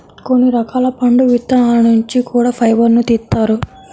కొన్ని రకాల పండు విత్తనాల నుంచి కూడా ఫైబర్ను తీత్తారు